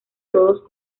todos